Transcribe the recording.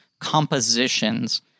compositions